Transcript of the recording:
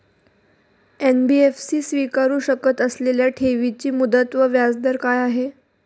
NBFC स्वीकारु शकत असलेल्या ठेवीची मुदत व व्याजदर काय आहे?